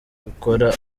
gukora